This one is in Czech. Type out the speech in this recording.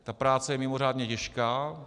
Ta práce je mimořádně těžká.